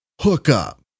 hookup